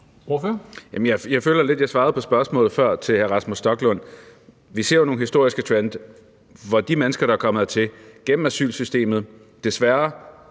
Jeg føler lidt, at jeg svarede på spørgsmålet før til hr. Rasmus Stoklund. Vi ser nogle historiske trends, hvor de mennesker, der er kommet hertil gennem asylsystemet, desværre